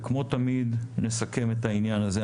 וכמו תמיד נסכם את העניין הזה.